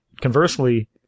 Conversely